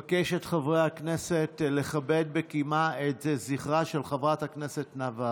אבקש מחברי הכנסת לכבד בקימה את זכרה של חברת הכנסת נאוה